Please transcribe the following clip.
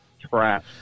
trash